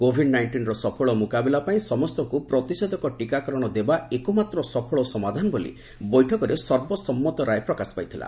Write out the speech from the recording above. Covid ନାଇଷ୍ଟିନ୍ର ସଫଳ ମୁକାବିଲାପାଇଁ ସମସ୍ତଙ୍କୁ ପ୍ରତିଷେଧକ ଟିକାକରଣ ଦେବା ଏକମାତ୍ର ସଫଳ ସମାଧାନ ବୋଲି ବୈଠକରେ ସର୍ବସମ୍ମତ ରାୟ ପ୍ରକାଶ ପାଇଥିଲା